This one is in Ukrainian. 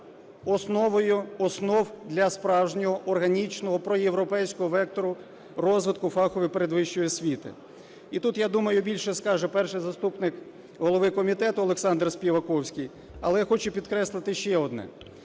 основою основ для справжнього органічного проєвропейського вектору розвитку фахової передвищої освіти. І тут, я думаю, більше скаже перший заступник голови комітету Олександр Співаковський, але я хочу підкреслити ще одне.